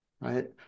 right